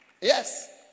Yes